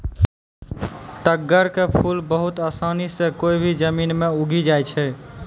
तग्गड़ के फूल बहुत आसानी सॅ कोय भी जमीन मॅ उगी जाय छै